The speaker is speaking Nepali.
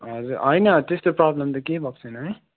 हजुर होइन त्यस्तो प्रब्लम त केही भएको छैन है